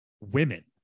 Women